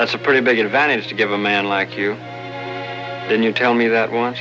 that's a pretty big advantage to give a man like you when you tell me that on